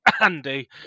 Andy